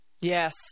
Yes